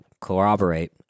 corroborate